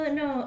no